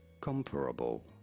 Comparable